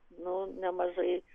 nu nemažai